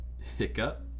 Hiccup